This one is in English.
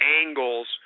angles